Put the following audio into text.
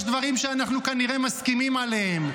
יש דברים שאנחנו כנראה מסכימים עליהם.